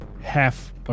half